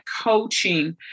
coaching